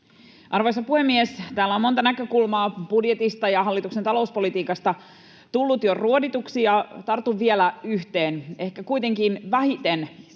Arvoisa puhemies! Täällä on monta näkökulmaa budjetista ja hallituksen talouspolitiikasta tullut jo ruodituksi, ja tartun vielä yhteen, ehkä kuitenkin vähiten